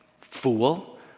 Fool